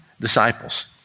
disciples